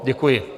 Děkuji.